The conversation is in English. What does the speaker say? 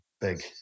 big